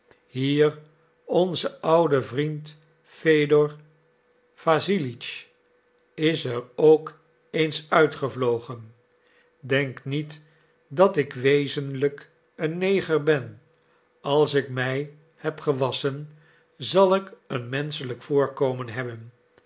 hier onze oude vriend fedor wassilitsch is er ook eens uitgevlogen denk niet dat ik wezenlijk een neger ben als ik mij heb gewasschen zal ik een menschelijk voorkomen hebben